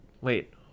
wait